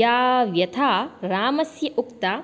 या व्यथा रामस्य उक्ता